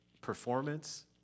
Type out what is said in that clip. performance